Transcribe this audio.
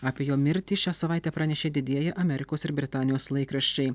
apie jo mirtį šią savaitę pranešė didieji amerikos ir britanijos laikraščiai